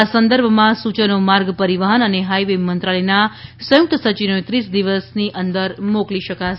આ સંદર્ભમાં સૂચનો માર્ગ પરિવહન અને હાઇવે મંત્રાલયના સંયુક્ત સચિવને ત્રીસ દિવસની અંદર મોકલી શકાશે